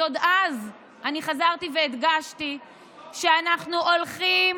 כי עוד אז חזרתי והדגשתי שאנחנו הולכים